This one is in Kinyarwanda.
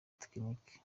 tekinike